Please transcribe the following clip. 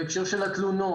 בהקשר של התלונות.